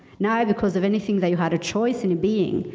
not because of anything that you had a choice and of being.